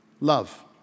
love